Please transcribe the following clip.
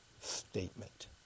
statement